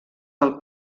del